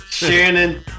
Shannon